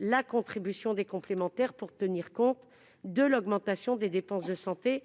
la contribution des complémentaires pour tenir compte de l'augmentation des dépenses de santé,